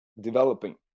developing